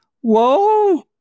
Whoa